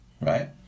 right